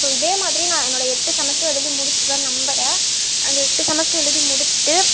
so இதேமாதிரி நான் என்னோடய எட்டு செமெஸ்டரும் எழுதி முடித்திருவன்னு நம்புகிறேன் அந்த எட்டு செமெஸ்டரும் எழுதி முடித்துட்டு